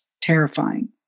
terrifying